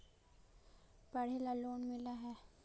पढ़े ला लोन मिल है?